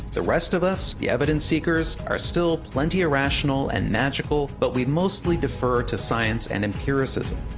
the rest of us, the evidence seekers, are still plenty irrational and magical, but we mostly defer to science and empiricism.